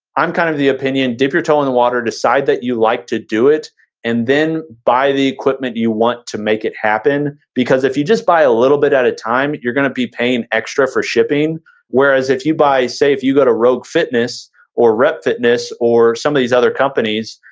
i'm kind of the opinion, dip your toe in the water, decide that you like to do it and then buy the equipment you want to make it happen because if you just buy a little bit at a time, you're gonna be paying extra for shipping whereas if you buy, say, if you got a rogue fitness or rep fitness or some of these other companies,